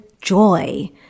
joy